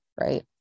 right